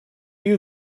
you